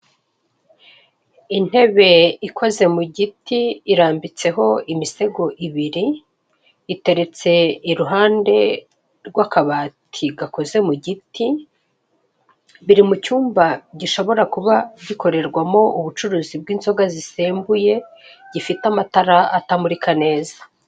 Intebe ikoze mu giti, irambitseho imisego ibiri, iteretse i ruhande rw'akabati gakoze mu giti, biri mu cyumba gishobora kuba gikorerwamo ubucuruzi bw'inzoga zisembuye, gifite amatara atamurika neza.